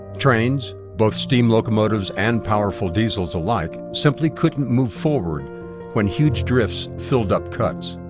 trains, both steam locomotives and powerful diesels alike, simply couldn't move forward when huge drifts filled up cuts.